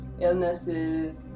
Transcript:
Illnesses